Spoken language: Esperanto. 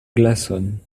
glason